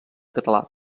català